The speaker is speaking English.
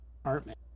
apartment